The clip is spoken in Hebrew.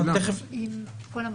עם כל המטוס.